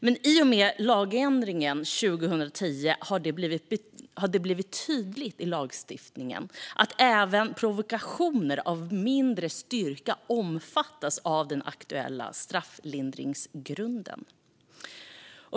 Men i och med lagändringen 2010 har det blivit tydligt i lagstiftningen att även provokationer av mindre styrka omfattas av den aktuella strafflindringsgrunden.